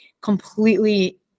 completely